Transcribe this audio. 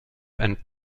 and